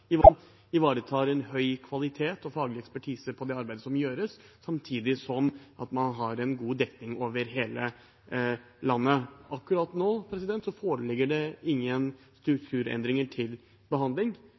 ivaretar høy kvalitet og faglig ekspertise i det arbeidet som gjøres, samtidig som man har god dekning over hele landet. Akkurat nå foreligger det ingen